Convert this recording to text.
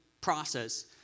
process